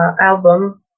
album